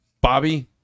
Bobby